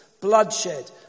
bloodshed